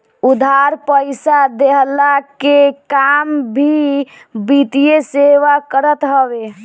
उधार पईसा देहला के काम भी वित्तीय सेवा करत हवे